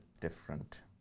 different